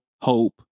hope